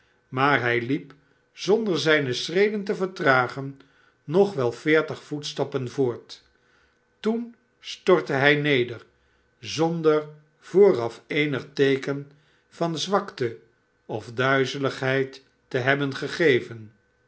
maar hij liep zonder zijne schreden te vertragen nog wel veertig voetstappen voort toen stortte hij neder zonder vooraf eenig teeken van zwakte of duizeligheid te hebben gegeven